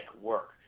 work